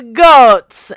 goats